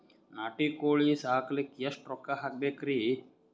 ನಾಟಿ ಕೋಳೀ ಸಾಕಲಿಕ್ಕಿ ಎಷ್ಟ ರೊಕ್ಕ ಹಾಕಬೇಕ್ರಿ?